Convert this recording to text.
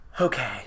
Okay